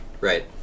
right